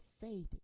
faith